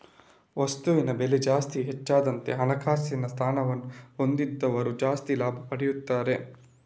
ವಸ್ತುವಿನ ಬೆಲೆ ಜಾಸ್ತಿ ಹೆಚ್ಚಾದಂತೆ ಹಣಕಾಸಿನ ಸ್ಥಾನವನ್ನ ಹೊಂದಿದವರು ಜಾಸ್ತಿ ಲಾಭ ಪಡೆಯುತ್ತಾರೆ